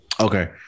Okay